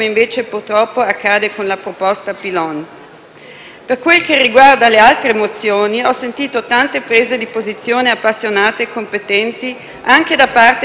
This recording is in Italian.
Per quel che riguarda le altre mozioni, ho sentito tante prese di posizione appassionate e competenti, anche da parte di colleghi maschi, che ringrazio personalmente.